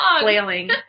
flailing